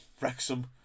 Wrexham